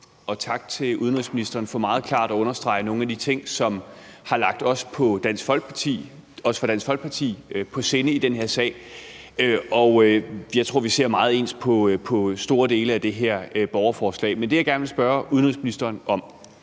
Og tak til udenrigsministeren for meget klart at understrege nogle af de ting, som har ligget os fra Dansk Folkeparti på sinde i den her sag. Jeg tror, vi ser meget ens på store dele af det her borgerforslag. Men det, jeg gerne vil spørge udenrigsministeren om,